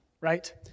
right